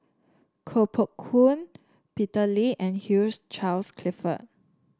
Koh Poh Koon Peter Lee and Hugh Charles Clifford